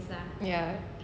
ya